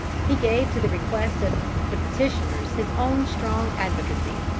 he gave to the request of the petitioners his own strong advocacy.